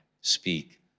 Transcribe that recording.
Speak